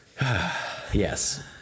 yes